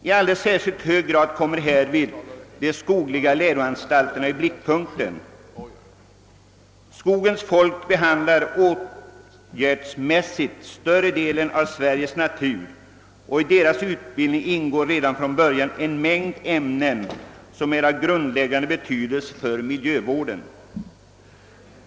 I alldeles särskilt hög grad kommer härvid de skogliga läroanstalterna i blickpunkten. Skogens folk behandlar åtgärdsmässigt större delen av Sveriges natur, och i deras utbildning ingår redan från början en mängd ämnen som är av grundläggande betydelse för miljövården.